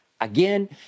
again